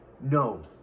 no